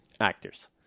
actors